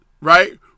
right